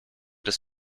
des